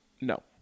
No